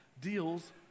deals